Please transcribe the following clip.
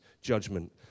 judgment